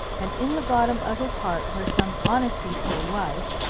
and in the bottom of his heart, where some honesty still was,